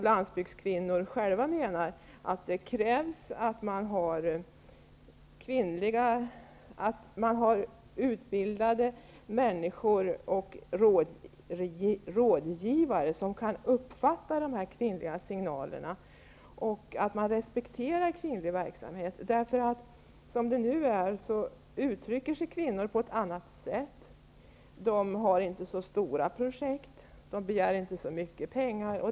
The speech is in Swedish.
Landsbygdskvinnorna menar själva att det krävs att man har utbildade människor och rådgivare som kan uppfatta de här kvinnliga signalerna samt att kvinnlig verksamhet måste respekteras. Som det nu är uttrycker sig kvinnor på ett annat sätt. De har inte så stora projekt och begär inte så mycket pengar.